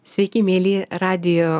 sveiki mieli radijo